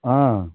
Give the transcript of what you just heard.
हँ